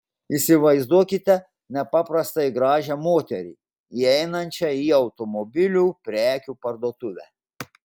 įsivaizduokite nepaprastai gražią moterį įeinančią į automobilių prekių parduotuvę